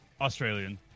Australian